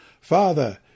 Father